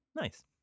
Nice